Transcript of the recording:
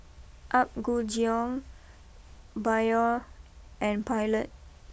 Apgujeong Biore and Pilot